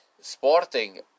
Sporting